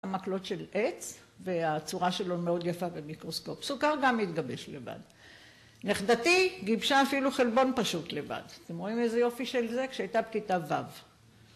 המקלות של עץ, והצורה שלו מאוד יפה במיקרוסקופ. סוכר גם מתגבש לבד. נכדתי, גיבשה אפילו חלבון פשוט לבד. אתם רואים איזה יופי של זה? כשהייתה בכיתה ו'.